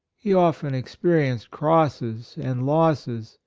he often experienced crosses and losses,